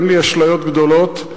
אין לי אשליות גדולות,